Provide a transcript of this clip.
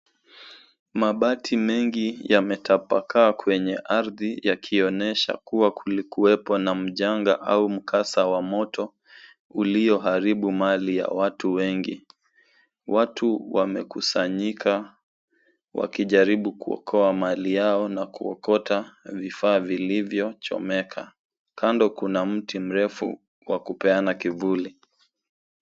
Mabati mengi yametapakaa kwenye ardhi yakionyesha kuwa kulikuwepo na janga au mkasa wa moto ulioharibu mali ya watu wengi. Watu wamekusayika wakijaribu kuokoa mali yao na kuokota vifaa vilivyochomeka. Kando kuna mti mrefu wa kupeana kivuli.